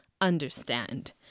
understand